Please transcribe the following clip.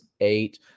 eight